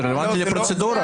זה רלוונטי לפרוצדורה.